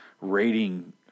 rating